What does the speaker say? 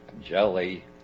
Jelly